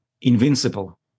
invincible